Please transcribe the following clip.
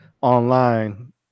online